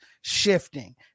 shifting